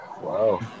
Wow